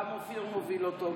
גם אופיר מוביל אותו,